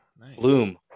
bloom